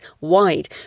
wide